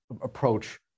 approach